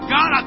God